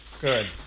good